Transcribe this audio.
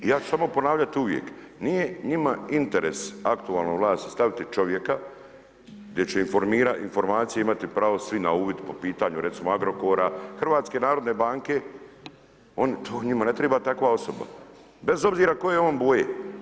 I ja ću samo ponavljati uvijek, nije njima interes u aktualnu vlast staviti čovjeka gdje će informacije imati pravo svi na uvid po pitanju recimo Agrokora, HNB-a, oni, to njima ne treba takva osoba, bez obzira koje je on boje.